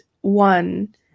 one